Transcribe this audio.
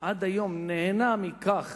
נהנה מכך